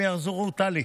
הם יחזרו, טלי.